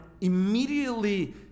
immediately